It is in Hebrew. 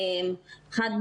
אחת,